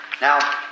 Now